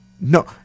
no